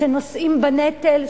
שנושאים בנטל,